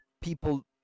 people